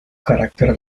carácter